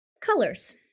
colors